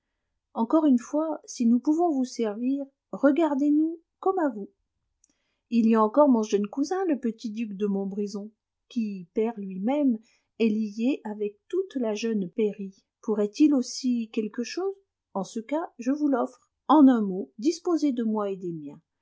encore une fois si nous pouvons vous servir regardez nous comme à vous il y a encore mon jeune cousin le petit duc de montbrison qui pair lui-même est lié avec toute la jeune pairie pourrait-il aussi quelque chose en ce cas je vous l'offre en un mot disposez de moi et des miens